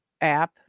app